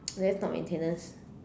that's not maintenance